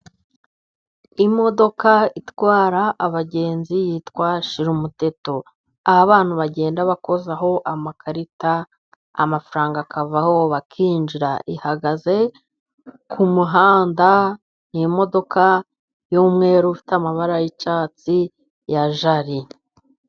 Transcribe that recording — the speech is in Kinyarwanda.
Imodoka itwara abagenzi yitwa shirumuteto aho abana bagenda bakozaho amakarita amafaranga akavaho bakinjira, ihagaze ku muhanda ,imodoka y'umweru ifite amabara y'icyatsi ya jali.